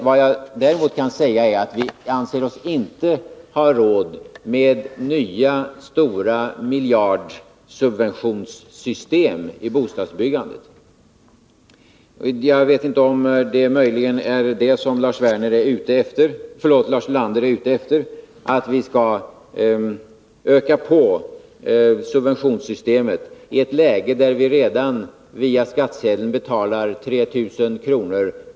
Vad jag däremot kan säga nu är att vi inte anser oss ha råd med nya stora miljardsubventionssystem i bostadsbyggandet. Jag vet inte om det som Lars Ulander är ute efter möjligen är att vi skall öka på subventionssystemet i ett läge där vi redan via skattsedeln betalar 3 000 kr.